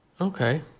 Okay